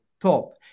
top